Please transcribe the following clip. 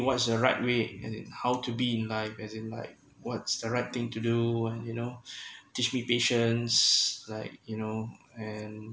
what's the right way and it how to be in life as in like what's the right thing to do and you know teach me patience like you know and